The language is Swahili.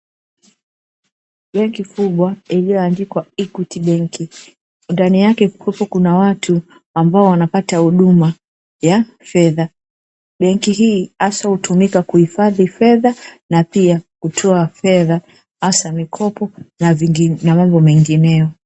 Benki kubwa iliyoandikwa "EQUITY BANK" ndani yake kuna watu, ambao wanapata huduma ya fedha benki hiyo hasa hutumika kuhifadhi fedha na pia kutoa fedha hasa mikopo na mambo mengineyo.